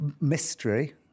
mystery